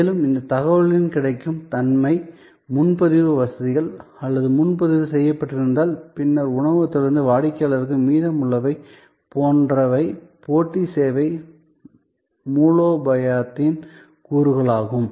மேலும் இந்த தகவல்களின் கிடைக்கும் தன்மை முன்பதிவு வசதிகள் அல்லது முன்பதிவு செய்யப்பட்டிருந்தால் பின்னர் உணவகத்திலிருந்து வாடிக்கையாளருக்கு மீதமுள்ளவை போன்றவை போட்டி சேவை மூலோபாயத்தின் கூறுகளாகும்